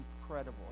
incredible